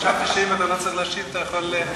אני בא עכשיו מישיבת מועצת גדולי התורה.